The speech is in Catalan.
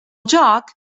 joc